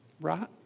right